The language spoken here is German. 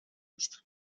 ist